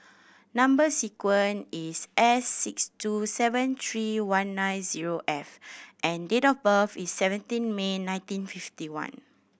number sequence is S six two seven three one nine zero F and date of birth is seventeen May nineteen fifty one